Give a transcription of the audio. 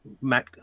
Matt